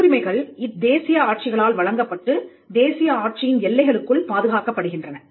காப்புரிமைகள் இத்தேசிய ஆட்சிகளால் வழங்கப்பட்டு தேசிய ஆட்சியின் எல்லைகளுக்குள் பாதுகாக்கப்படுகின்றன